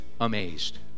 amazed